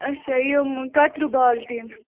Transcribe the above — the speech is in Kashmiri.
اَچھا یِم کتریو بالٹیٖن